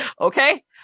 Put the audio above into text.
Okay